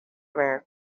bear